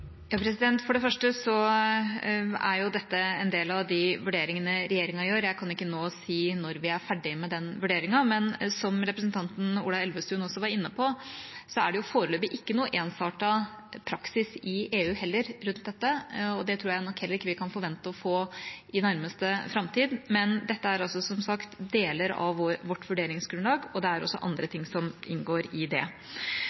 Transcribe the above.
For det første er jo dette en del av de vurderingene regjeringa gjør. Jeg kan ikke nå si når vi er ferdig med den vurderingen, men som representanten Ola Elvestuen også var inne på, er det jo foreløpig ikke noen ensartet praksis i EU heller rundt dette, og det tror jeg nok heller ikke vi kan forvente å få i nærmeste framtid. Men dette er som sagt deler av vårt vurderingsgrunnlag, og det er også andre